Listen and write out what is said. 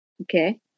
Okay